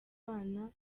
babana